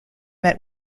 met